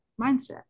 mindset